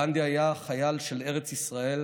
גנדי היה חייל של ארץ ישראל